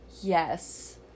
Yes